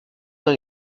dans